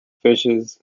fishes